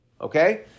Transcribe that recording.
Okay